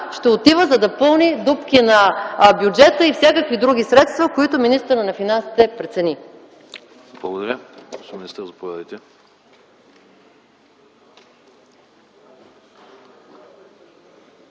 ще отива, за да пълни дупки на бюджета и всякакви други средства, които министърът на финансите прецени.